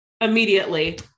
immediately